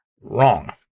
wrong